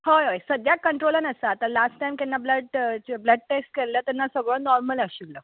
हय हय सद्याक कंट्रोलान आसा आतां लास्ट टायम केन्ना ब्लड टेस्ट केल्ले तेन्ना सगळो नॉर्मल आशिल्लो